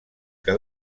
que